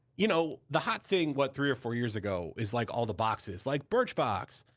you know the hot thing, what, three or four years ago is like, all the boxes, like birchbox,